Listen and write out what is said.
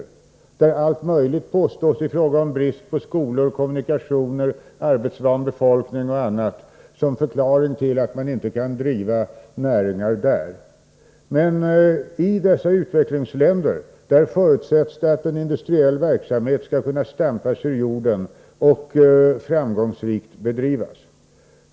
I sådana fall anförs allt möjligt — brist på skolor, kommunikationer, arbetsvana hos befolkningen osv. — som förklaring till att man inte kan driva näringar i dessa områden. Men när det gäller utvecklingsländerna förutsätts det att en industriell verksamhet skall kunna stampas ur jorden och framgångsrikt bedrivas.